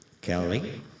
Kelly